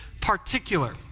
particular